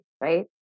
right